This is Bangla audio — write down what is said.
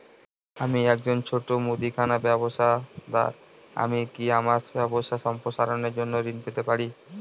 আমি একজন ছোট মুদিখানা ব্যবসাদার আমি কি আমার ব্যবসা সম্প্রসারণের জন্য ঋণ পেতে পারি?